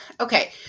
okay